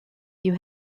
you